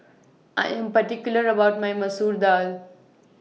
I Am particular about My Masoor Dal